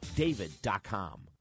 David.com